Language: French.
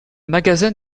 magasin